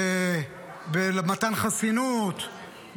במתן חסינות,